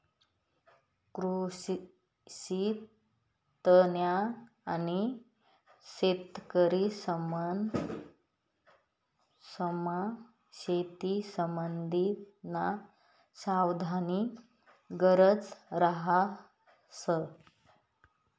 कृषीतज्ञ आणि शेतकरीसमा शेतीसंबंधीना संवादनी गरज रहास